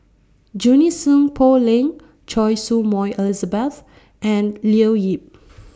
Junie Sng Poh Leng Choy Su Moi Elizabeth and Leo Yip